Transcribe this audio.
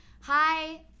Hi